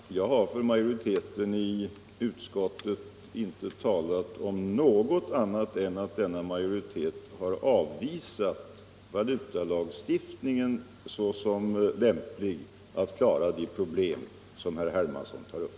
Herr talman! Jag har för majoriteten i utskottet inte talat om något annat än att denna majoritet har avvisat valutalagstiftningen såsom lämplig att klara de problem herr Hermansson tar upp.